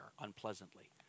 unpleasantly